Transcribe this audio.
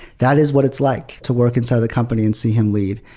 that is what it's like to work inside the company and see him lead.